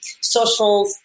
social